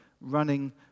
running